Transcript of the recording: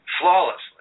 flawlessly